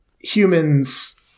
humans